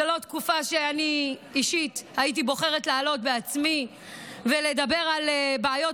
זו לא תקופה שאני אישית הייתי בוחרת לעלות בעצמי ולדבר על בעיות